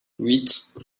huit